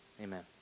Amen